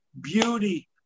beauty